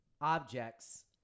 objects